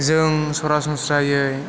जों सरासनस्रायै